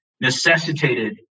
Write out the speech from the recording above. necessitated